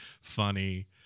funny